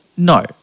No